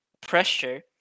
pressure